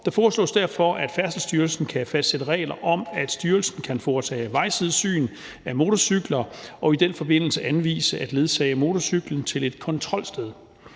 Det foreslås derfor, at Færdselsstyrelsen kan fastsætte regler om, at styrelsen kan foretage vejsidesyn af motorcykler og i den forbindelse anvise og ledsage motorcyklen til et kontrolsted.